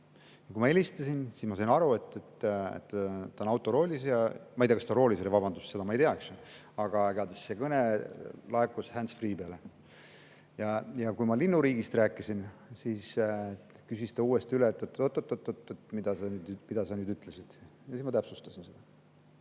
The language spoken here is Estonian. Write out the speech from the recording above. Kui ma helistasin, siis ma sain aru, et ta on autoroolis ja … Või ma ei tea, kas ta roolis oli – vabandust, seda ma ei tea. Aga igatahes see kõne läkshandsfreepeale. Ja kui ma linnuriigist rääkisin, siis küsis ta uuesti üle, et oot-oot-oot, mida sa nüüd ütlesid, siis ma täpsustasin seda.